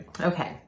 Okay